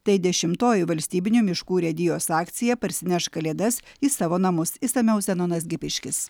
tai dešimtoji valstybinių miškų urėdijos akcija parsinešk kalėdas į savo namus išsamiau zenonas gipiškis